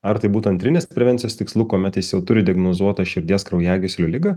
ar tai būtų antrinės prevencijos tikslu kuomet jis jau turi diagnozuotą širdies kraujagyslių ligą